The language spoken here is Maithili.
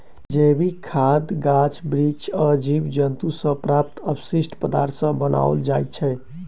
जैविक खाद गाछ बिरिछ आ जीव जन्तु सॅ प्राप्त अवशिष्ट पदार्थ सॅ बनाओल जाइत छै